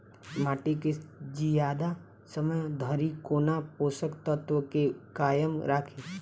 माटि केँ जियादा समय धरि कोना पोसक तत्वक केँ कायम राखि?